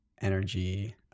energy